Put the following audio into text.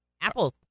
apples